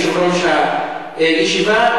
כיושב-ראש הישיבה,